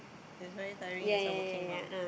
it's very tiring as a working mum